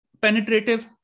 penetrative